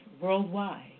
worldwide